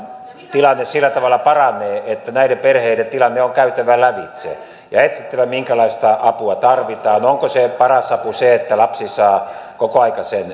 tilanne sillä tavalla paranee että näiden perheiden tilanne on käytävä lävitse ja etsittävä minkälaista apua tarvitaan onko se paras apu se että lapsi saa kokoaikaisen